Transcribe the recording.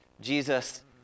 Jesus